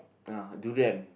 uh durian